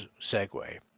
segue